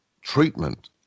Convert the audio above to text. treatment